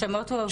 השמות הועברו.